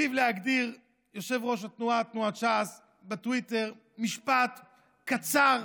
היטיב להגדיר זאת יושב-ראש תנועת ש"ס בטוויטר במשפט קצר,